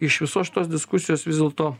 iš visos šitos diskusijos vis dėlto